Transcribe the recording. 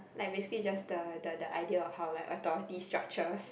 like basically just the the the idea of how like authority structures